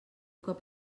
cop